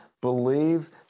believe